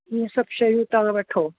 ही सभु शयूं तव्हां वठो